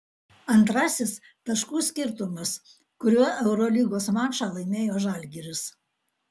antrasis taškų skirtumas kuriuo eurolygos mačą laimėjo žalgiris